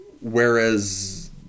whereas